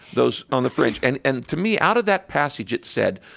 those on the fringe. and and to me, out of that passage it said,